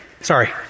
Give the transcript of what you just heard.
Sorry